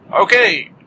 Okay